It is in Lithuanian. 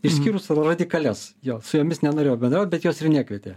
išskyrus radikalias jo su jomis nenorėjau bendraut bet jos ir nekvietė